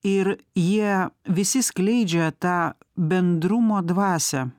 ir jie visi skleidžia tą bendrumo dvasią